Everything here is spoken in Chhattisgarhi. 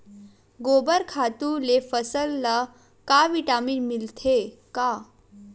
गोबर खातु ले फसल ल का विटामिन मिलथे का?